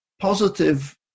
positive